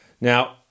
Now